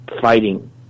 fighting